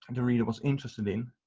the reader was interested in,